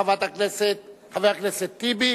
חבר הכנסת טיבי,